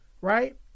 right